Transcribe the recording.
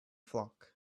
flock